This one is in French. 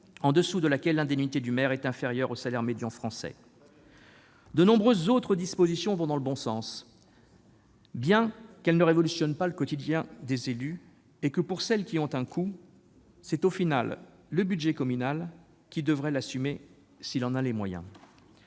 au-dessous de laquelle l'indemnité du maire est inférieure au salaire médian français. Très bien ! De nombreuses autres dispositions vont dans le bon sens, bien qu'elles ne révolutionnent pas le quotidien des élus et que ce soit au final le budget communal qui devra, s'il en a les moyens,